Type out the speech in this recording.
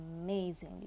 amazing